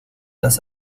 las